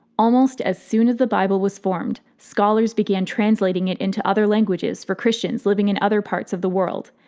almost as soon as the bible was formed, scholars began translating it into other languages for christians living in other parts of the world.